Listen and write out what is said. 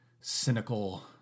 cynical